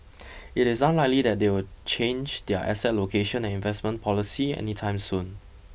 it is unlikely that they will change their asset allocation and investment policy any time soon